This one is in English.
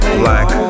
black